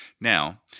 Now